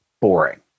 boring